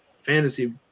fantasy